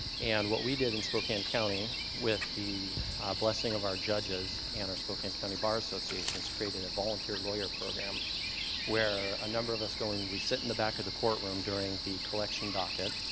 and what we did in spokane county with the blessing of our judges and our spokane county bar association is created a volunteer lawyer program where a number of us go in and we sit in the back of the courtroom during the collection docket,